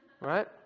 right